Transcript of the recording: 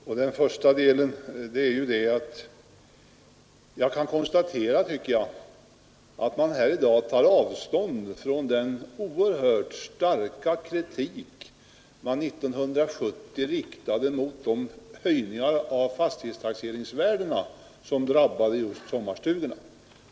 Till att börja med vill jag konstatera att oppositionen i dag tydligen tar avstånd från den oerhört starka kritik som riktades mot de höjningar av fastighetstaxeringsvärdena som drabbade just sommarstugorna.